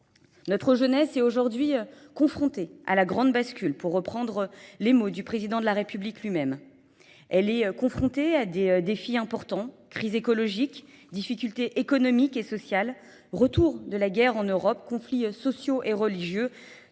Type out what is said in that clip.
Notre jeunesse est aujourd'hui confrontée à la grande bascule, pour reprendre les mots du président de la République lui-même. Elle est confrontée à des défis importants, crise écologique, difficultés économiques et sociales, retour de la guerre en Europe, conflits sociaux et religieux,